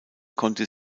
konnte